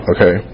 Okay